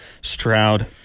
Stroud